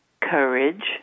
courage